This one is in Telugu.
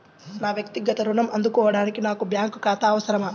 నా వక్తిగత ఋణం అందుకోడానికి నాకు బ్యాంక్ ఖాతా అవసరమా?